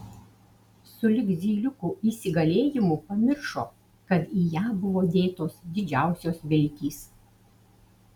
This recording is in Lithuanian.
sulig zyliukų įsigalėjimu pamiršo kad į ją buvo dėtos didžiausios viltys